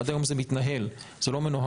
עד היום זה מתנהל, זה לא מנוהל.